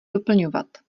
doplňovat